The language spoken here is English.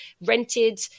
rented